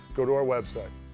go to our website.